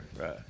Right